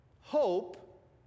hope